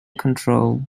control